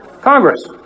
Congress